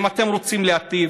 אם אתם רוצים להיטיב,